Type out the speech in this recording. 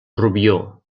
rubió